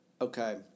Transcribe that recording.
Okay